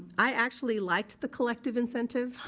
i actually liked the collective incentive.